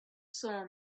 saw